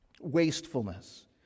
Wastefulness